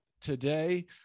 today